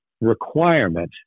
requirement